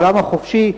העולם החופשי,